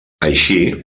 així